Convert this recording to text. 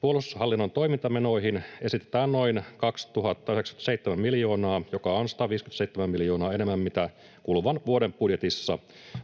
Puolustushallinnon toimintamenoihin esitetään noin 2 097 miljoonaa, joka on 157 miljoonaa enemmän kuin kuluvan vuoden budjetissa.